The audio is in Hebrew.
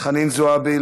חנין זועבי,